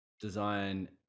design